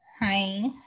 Hi